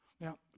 Now